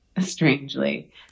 strangely